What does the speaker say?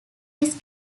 his